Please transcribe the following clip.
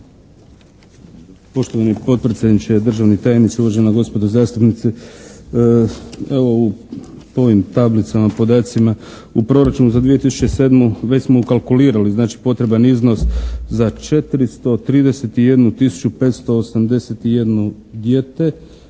Poštovani potpredsjedniče, državni tajniče, uvažena gospodo zastupnici. Evo u ovim tablicama, podacima u proračunu za 2007. već smo ukalkulirali znači potreban iznos za 431 581 dijete.